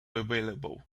available